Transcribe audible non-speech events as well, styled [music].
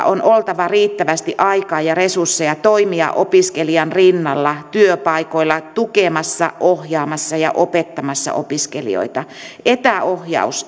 [unintelligible] on oltava riittävästi aikaa ja resursseja toimia opiskelijoiden rinnalla työpaikoilla tukemassa ohjaamassa ja opettamassa opiskelijoita etäohjaus [unintelligible]